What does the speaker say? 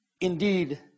indeed